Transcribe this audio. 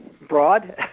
broad